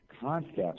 concepts